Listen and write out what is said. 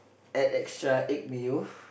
add extra egg mayo